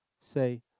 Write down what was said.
Say